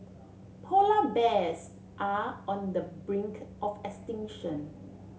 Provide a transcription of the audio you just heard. polar bears are on the brink of extinction